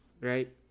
right